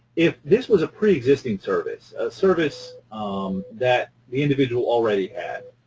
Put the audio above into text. if this was a preexisting service, a service um that the individual already had,